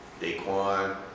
Daquan